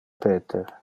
peter